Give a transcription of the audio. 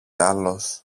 άλλος